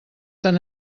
tan